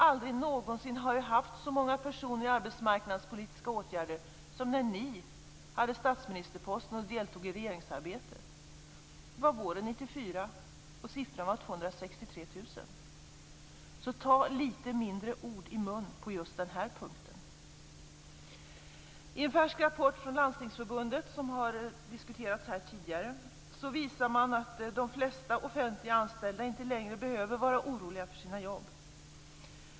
Aldrig någonsin har vi haft så många personer i arbetsmarknadspolitiska åtgärder som när ni hade statsministerposten och deltog i regeringsarbetet. Det var våren 1994, och antalet var 263 000. Ta därför litet mindre ord i munnen på just den punkten! I en färsk rapport från Landstingsförbundet, som har diskuterats här tidigare, visas att de flesta offentliganställda inte längre behöver vara oroliga för sina jobb.